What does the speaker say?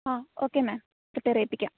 ആ okay ma'am prepare ചെയ്യിപ്പിക്കാം